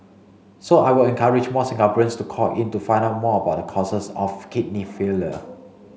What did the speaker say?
so I would encourage more Singaporeans to call in to find out more about the causes of kidney failure